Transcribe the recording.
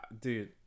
dude